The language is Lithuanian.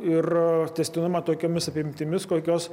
ir tęstinumą tokiomis apimtimis kokios